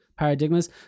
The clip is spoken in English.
Paradigmas